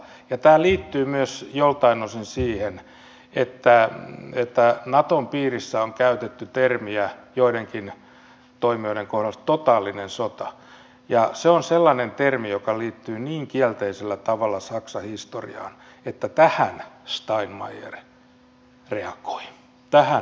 tämä liittyy joiltain osin myös siihen että naton piirissä on käytetty joidenkin toimijoiden kohdalla termiä totaalinen sota ja se on sellainen termi joka liittyy niin kielteisellä tavalla saksan historiaan että tähän steinmeier reagoi tähän nimenomaan